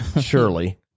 surely